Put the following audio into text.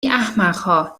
احمقها